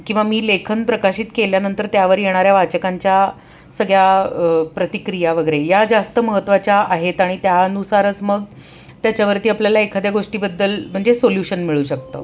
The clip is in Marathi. किंवा मी लेखन प्रकाशित केल्यानंतर त्यावर येणाऱ्या वाचकांच्या सगळ्या प्रतिक्रिया वगैरे या जास्त महत्त्वाच्या आहेत आणि त्यानुसारच मग त्याच्यावरती आपल्याला एखाद्या गोष्टीबद्दल म्हणजे सोल्यूशन मिळू शकतं